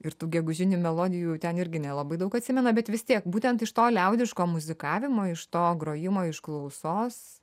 ir tų gegužinių melodijų ten irgi nelabai daug atsimena bet vis tiek būtent iš to liaudiško muzikavimo iš to grojimo iš klausos